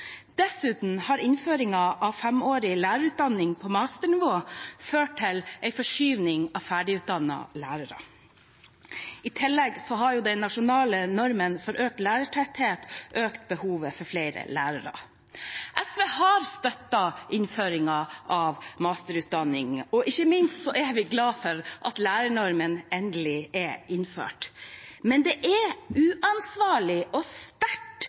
Dessuten har innføringen av femårig lærerutdanning på masternivå ført til en forskyvning av ferdigutdannede lærere. I tillegg har den nasjonale normen for økt lærertetthet økt behovet for flere lærere. SV har støttet innføringen av en masterutdanning, og ikke minst er vi glade for at lærernormen endelig er innført. Men det er uansvarlig og sterkt